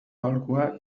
aholkua